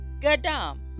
Gadam